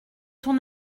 ton